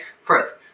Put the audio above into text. first